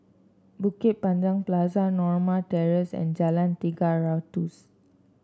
Bukit Panjang Plaza Norma Terrace and Jalan Tiga Ratus